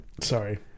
sorry